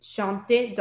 Chanter